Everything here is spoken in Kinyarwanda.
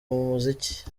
muziki